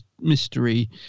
mystery